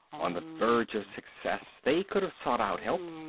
on the verge of success, they could have sought out help,